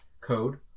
code